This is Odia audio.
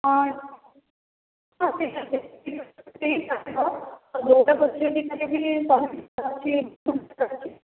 ହଁ ଠିକ୍ ଅଛି